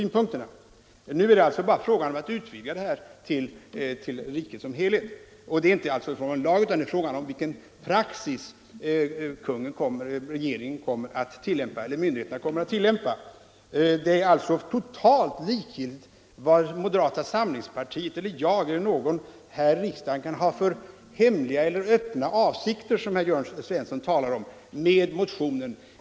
Nu är det alltså bara fråga om att utvidga de här bestämmelserna till riket som helhet, och det är som sagt inte fråga om någon lag utan om vilken praxis myndigheterna skall tillämpa. Därför är det totalt likgiltigt vad moderata samlingspartiet eller jag eller någon här i riksdagen kan ha för hemliga eller öppna avsikter med motionen, vilket herr Jörn Svensson i Malmö talade om.